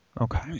Okay